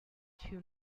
two